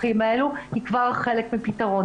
זה כבר חלק מהפתרון,